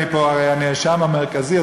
אני פה הרי הנאשם המרכזי,